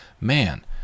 man